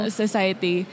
society